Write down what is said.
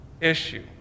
issue